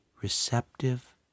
receptive